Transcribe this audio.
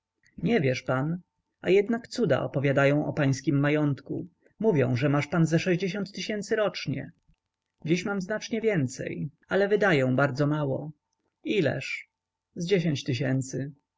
nie wiesz pan a jednak cuda opowiadają o pańskim majątku mówią że masz pan ze sześćdziesiąt tysięcy rocznie dziś mam znacznie więcej ale wydaję bardzo mało ileż z dziesięć tysięcy